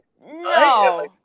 no